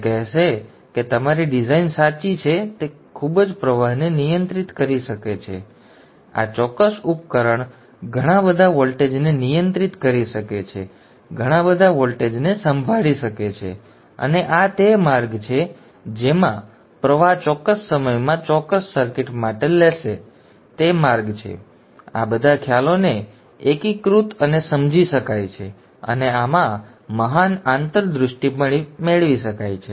તે કહેશે કે તમારી ડિઝાઇન સાચી છે તે ખૂબ જ પ્રવાહને નિયંત્રિત કરી શકે છે આ ચોક્કસ ઉપકરણ ઘણા બધા વોલ્ટેજને નિયંત્રિત કરી શકે છે ઘણા બધા વોલ્ટેજને સંભાળી શકે છે અને આ તે માર્ગ છે જેમાં પ્રવાહ ચોક્કસ સમયમાં ચોક્કસ સર્કિટ માટે લેશે તે માર્ગ છે આ બધા ખ્યાલોને એકીકૃત અને સમજી શકાય છે અને આમાં મહાન આંતરદૃષ્ટિ મેળવી શકાય છે